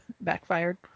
backfired